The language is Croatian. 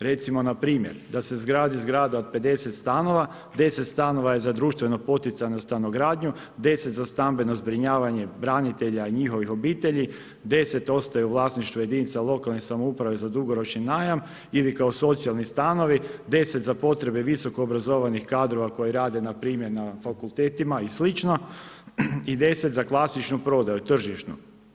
Recimo npr. da se izgradi zgrada od 50 stanova, 10 stanova je za društveno poticajnu stanogradnju, 10 za stambeno zbrinjavanje branitelja i njihovih obitelji, 10 ostaje u vlasništvu jedinica lokalne samouprave za dugoročni najam ili kao socijalni stanovi, 10 za potrebe visokoobrazovanih kadrova koji rade npr. na fakultetima i sl. i 10 za klasičnu prodaju tržišnu.